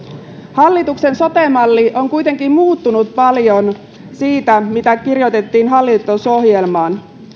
hallituksen sote malli on kuitenkin muuttunut paljon siitä mitä kirjoitettiin hallitusohjelmaan